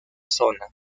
zona